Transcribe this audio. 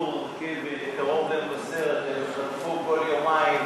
קרוב למבשרת, הם חטפו כל יומיים